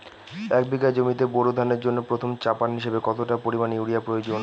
এক বিঘা জমিতে বোরো ধানের জন্য প্রথম চাপান হিসাবে কতটা পরিমাণ ইউরিয়া প্রয়োজন?